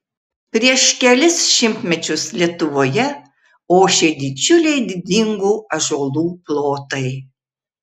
prieš kelis šimtmečius lietuvoje ošė didžiuliai didingų ąžuolų plotai